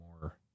more